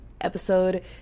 episode